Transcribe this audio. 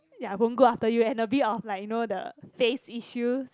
ya won't go after you and a bit of like you know the face issue